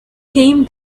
came